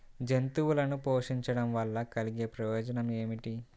జంతువులను పోషించడం వల్ల కలిగే ప్రయోజనం ఏమిటీ?